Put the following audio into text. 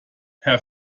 herr